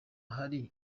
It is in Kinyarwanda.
hari